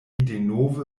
denove